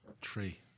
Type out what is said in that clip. Tree